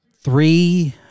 three –